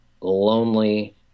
lonely